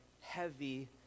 heavy